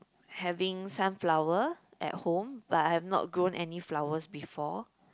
having sunflower at home but I have not grown any flowers before